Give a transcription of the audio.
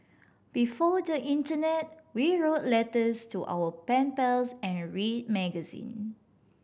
before the internet we wrote letters to our pen pals and read magazine